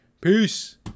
Peace